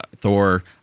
Thor